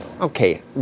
Okay